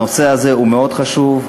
הנושא הזה הוא מאוד חשוב.